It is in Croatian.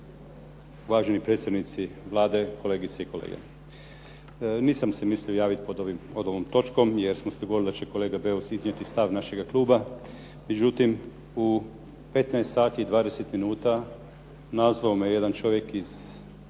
uvaženi predstavnici Vlade, kolegice i kolege. Nisam se mislio javiti pod ovom točkom jer smo se dogovorili da će kolega Beus iznijeti stav našega kluba. Međutim, u 15 sati i 20 minuta nazvao me jedan čovjek iz